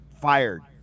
fired